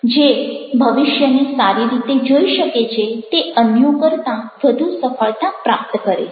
જે ભવિષ્યને સારી રીતે જોઈ શકે છે તે અન્યો કરતાં વધુ સફળતા પ્રાપ્ત કરે છે